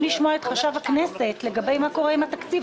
לשמוע את חשב הכנסת לגבי מה קורה עם התקציב.